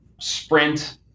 sprint